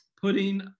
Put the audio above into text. putting